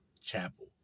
Chapel